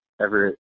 Everett